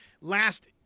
last